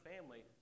family